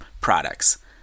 products